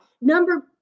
Number